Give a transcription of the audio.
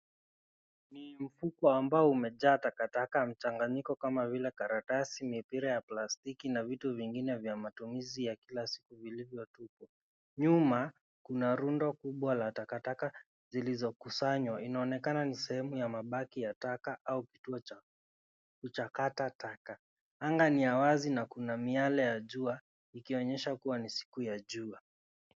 Ni mfuko ambao umejaa takataka na mchanganyiko kama vile karatasi, mipira ya plastiki na vitu vingine vya matumizi ya kila siku vilivyotupwa. Nyuma kuna rundo kubwa la takataka, zilizokusanywa, inaonekana ni sehemu ya mabaki ya taka au kituo cha kata taka. Anga ni ya wazi, na kuna miale ya jua ikionyesha kuwa ni siku ya jua.